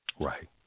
Right